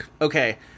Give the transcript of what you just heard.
Okay